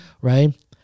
right